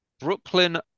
Brooklyn